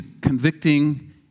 convicting